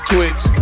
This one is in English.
Twitch